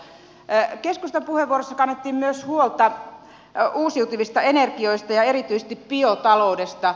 keskustan puheenvuorossa kannettiin myös huolta uusiutuvista energioista ja erityisesti biotaloudesta